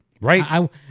Right